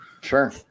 Sure